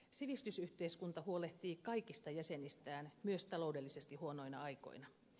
sivistysyhteiskunta huolehtii kaikista jäsenistään myös taloudellisesti huonoina aikoina